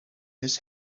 his